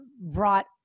brought